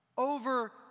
Over